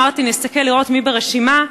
אמרתי: נסתכל לראות מי ברשימה.